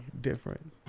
different